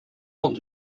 want